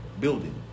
building